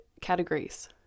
categories